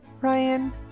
Ryan